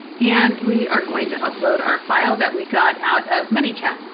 and we are going to upload our file that we got out of manychat.